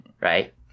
Right